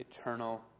eternal